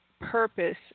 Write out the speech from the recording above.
purpose